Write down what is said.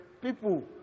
people